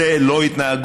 זאת לא התנהגות.